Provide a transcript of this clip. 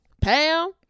Pam